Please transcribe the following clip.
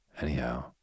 Anyhow